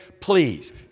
please